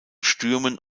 stürmen